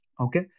Okay